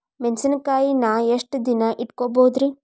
ಮೆಣಸಿನಕಾಯಿನಾ ಎಷ್ಟ ದಿನ ಇಟ್ಕೋಬೊದ್ರೇ?